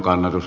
puhemies